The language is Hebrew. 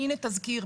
הנה תזכיר,